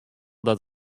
dat